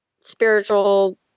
spiritual